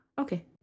okay